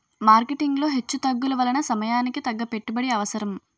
marketing లో హెచ్చుతగ్గుల వలన సమయానికి తగ్గ పెట్టుబడి అవసరం